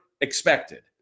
expected